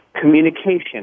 Communication